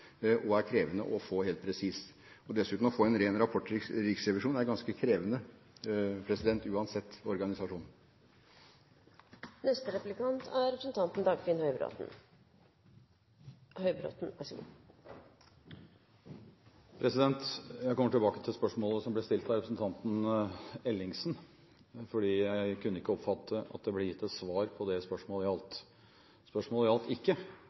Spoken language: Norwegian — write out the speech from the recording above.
og er krevende å få helt presis. Dessuten, å få en ren rapport fra Riksrevisjonen er ganske krevende uansett organisasjon. Jeg kommer tilbake til spørsmålet som ble stilt av representanten Ellingsen, for jeg kunne ikke oppfatte at det ble gitt et svar på det spørsmålet gjaldt. Spørsmålet gjaldt ikke